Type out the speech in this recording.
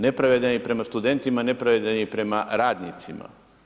Nepravedan je i prema studentima, nepravedan je i prema radnicima.